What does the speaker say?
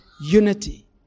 unity